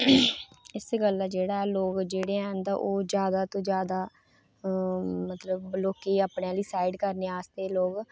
इस गल्ला लोक जेह्ड़े हैन ओह् जादा तू जादा मतलब लोकें गी अपनी आह्ली साईड करने आस्तै लोक